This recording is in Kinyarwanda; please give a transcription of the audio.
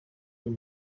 uyu